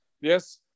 yes